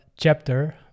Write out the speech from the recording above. chapter